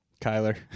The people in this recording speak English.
kyler